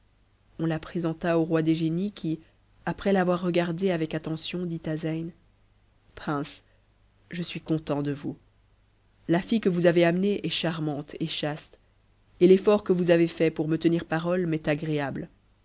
on la présenta au roi des génies qui après l'avoir regardée avec attention dit à zeyn prince je suis content de vous la fille que vous avez amenée est charmante et chaste et l'effort que vous avez fait pour me tenir parole m'est agréabfe